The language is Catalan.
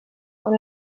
quan